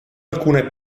alcune